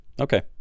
Okay